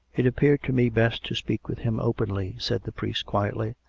it appeared to me best to speak with him openly, said the priest quietly,